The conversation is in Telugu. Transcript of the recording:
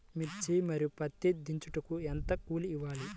మిర్చి మరియు పత్తి దించుటకు ఎంత కూలి ఇవ్వాలి?